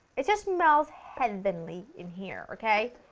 it just smells heavenly in here, okay?